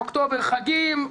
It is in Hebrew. אוקטובר חגים,